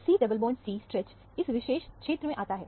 C double बॉन्डC stretch इस विशेष क्षेत्र में आता है